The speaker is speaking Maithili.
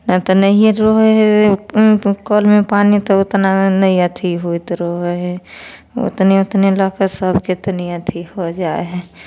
ने तऽ नहिए रहै हइ कऽलमे पानि तऽ ओतना नहि अथी होइत रहै हइ ओतने ओतने लऽ कऽ सभके तनि अथी हो जाइ हइ